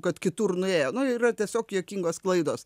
kad kitur nuėjo nu yra tiesiog juokingos klaidos